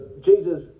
jesus